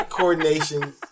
Coordination